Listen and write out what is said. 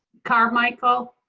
carmichael.